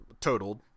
totaled